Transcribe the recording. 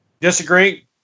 disagree